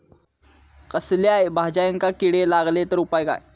कसल्याय भाजायेंका किडे लागले तर उपाय काय?